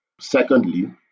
Secondly